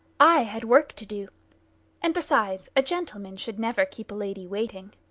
i had work to do and, besides, a gentleman should never keep a lady waiting.